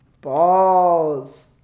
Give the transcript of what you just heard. Balls